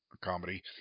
comedy